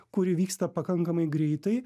kuri vyksta pakankamai greitai